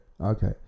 Okay